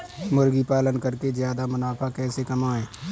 मुर्गी पालन करके ज्यादा मुनाफा कैसे कमाएँ?